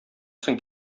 соң